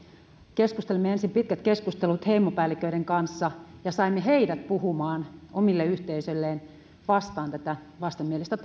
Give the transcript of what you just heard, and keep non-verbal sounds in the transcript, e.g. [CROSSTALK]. keskustelimme ensin pitkät keskustelut heimopäälliköiden kanssa ja saimme heidät puhumaan omille yhteisöilleen tätä vastenmielistä [UNINTELLIGIBLE]